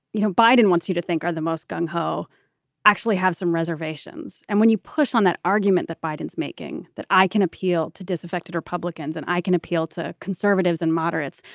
you know, biden wants you to think are the most gung-ho actually have some reservations. and when you push on that argument that biden's making that i can appeal to disaffected republicans and i can appeal to conservatives and moderates,